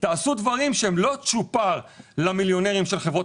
תעשו דברים שהם לא צ'ופר למיליונרים של חברות